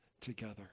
together